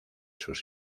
sus